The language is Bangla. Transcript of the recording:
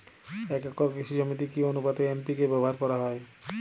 এক একর কৃষি জমিতে কি আনুপাতে এন.পি.কে ব্যবহার করা হয়?